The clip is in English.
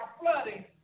flooding